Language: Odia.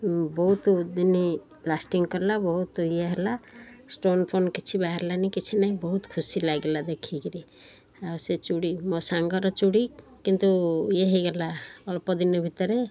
ବହୁତ ଦିନ ଲାଷ୍ଟିଙ୍ଗ କଲା ବହୁତ ଇଏ ହେଲା ଷ୍ଟୋନ୍ ଫୋନ କିଛି ବାହାରିଲାନି କିଛି ନାହିଁ ବହୁତ ଖୁସି ଲାଗିଲା ଦେଖି କରି ଆଉ ସେ ଚୁଡ଼ି ମୋ ସାଙ୍ଗର ଚୁଡ଼ି କିନ୍ତୁ ଇଏ ହେଇଗଲା ଅଳ୍ପ ଦିନ ଭିତରେ